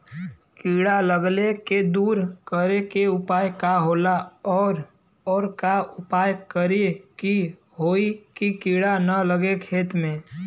कीड़ा लगले के दूर करे के उपाय का होला और और का उपाय करें कि होयी की कीड़ा न लगे खेत मे?